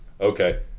okay